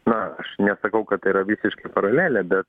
na aš nesakau kad tai yra visiškai paralelė bet